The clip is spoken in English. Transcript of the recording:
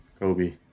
Kobe